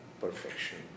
perfection